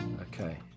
Okay